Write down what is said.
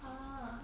orh